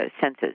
senses